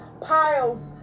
Piles